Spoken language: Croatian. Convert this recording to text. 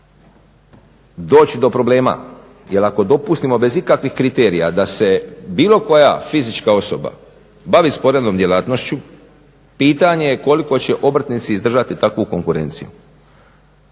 doći do problema. Jer ako dopustimo bez ikakvih kriterija da se bilo koja fizička osoba bavi sporednom djelatnošću pitanje je koliko će obrtnici izdržati takvu konkurenciju.